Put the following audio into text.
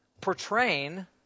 portraying